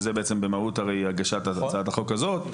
שזה בעצם במהות הגשת הצעת החוק הזאת,